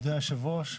אדוני היושב-ראש,